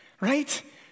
right